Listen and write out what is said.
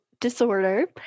disorder